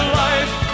life